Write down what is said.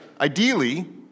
Ideally